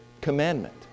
commandment